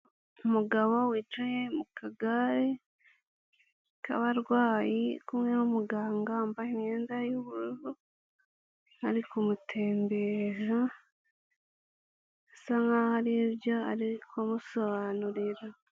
Umugabo wicaye mu kagare k'abarwayi, ari kumwe n'umuganga wambaye imyenda y'ubururu, ari kumutemberaza, bisa nk'aho hari ibyo ari kumusobanurira.